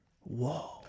Whoa